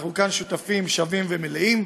אנחנו כאן שותפים שווים ומלאים.